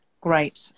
Great